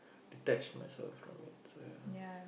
detached myself from it so ya